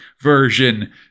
version